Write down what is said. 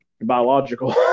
biological